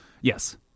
yes